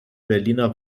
berliner